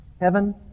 Heaven